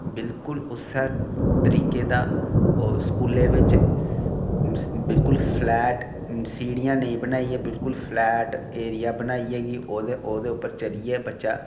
बिल्कुल उ'नें उस्सै तरीके दा स्कूलै बिच फ्लैट बिल्कुल सीढ़ियां नेईं बनाइयै बिल्कुल फ्लैट एरिया बनाइयै कि ओह्दे पर चढ़ियै बच्चा